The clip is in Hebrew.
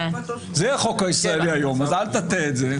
זה החוק הישראלי היום אז אל תטה את זה.